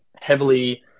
heavily